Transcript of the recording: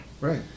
Right